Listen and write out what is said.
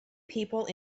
people